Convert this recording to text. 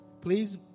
Please